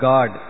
God